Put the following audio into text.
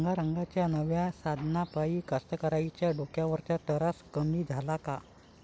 रंगारंगाच्या नव्या साधनाइपाई कास्तकाराइच्या डोक्यावरचा तरास कमी झाला का?